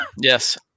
Yes